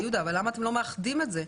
למה אתם לא מאחדים את זה?